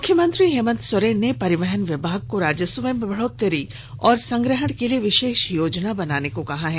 मुख्यमंत्री हेमन्त सोरेन ने परिवहन विभाग को राजस्व में बढ़ोत्तरी और संग्रहण के लिए विशेष योजना बनाने को कहा है